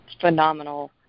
phenomenal